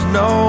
no